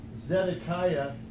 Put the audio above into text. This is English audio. Zedekiah